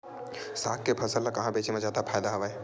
साग के फसल ल कहां बेचे म जादा फ़ायदा हवय?